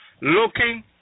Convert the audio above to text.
looking